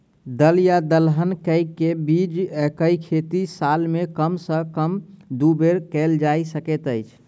दल या दलहन केँ के बीज केँ खेती साल मे कम सँ कम दु बेर कैल जाय सकैत अछि?